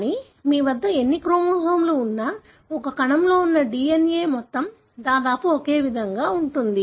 కానీ మీ వద్ద ఎన్ని క్రోమోజోమ్లు ఉన్నా ఒక కణంలో ఉన్న DNA మొత్తం దాదాపు ఒకే విధంగా ఉంటుంది